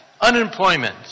unemployment